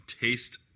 taste